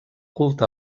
culte